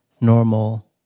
normal